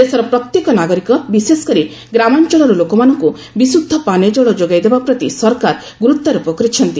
ଦେଶର ପ୍ରତ୍ୟେକ ନାଗରିକ ବିଶେଷ କରି ଗ୍ରାମାଞ୍ଚଳର ଲୋକମାନଙ୍କୁ ବିଶୁଦ୍ଧ ପାନୀୟ ଜଳ ଯୋଗାଇ ଦେବା ପ୍ରତି ସରକାର ଗୁରୁତ୍ୱାରୋପ କରିଛନ୍ତି